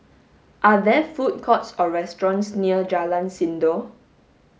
are there food courts or restaurants near Jalan Sindor